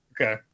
Okay